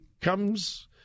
comes